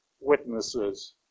witnesses